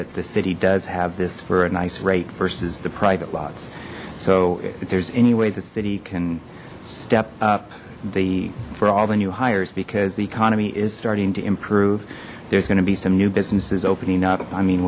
that the city does have this for a nice rate versus the private lots so if there's any way the city can step up the for all the new hires because the economy is starting to improve there's going to be some new businesses opening up i mean